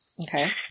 Okay